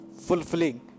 fulfilling